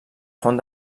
font